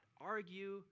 argue